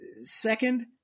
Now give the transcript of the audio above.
Second